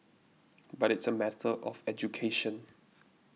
but it's a matter of education